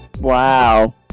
Wow